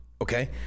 okay